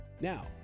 Now